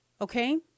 Okay